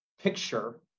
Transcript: picture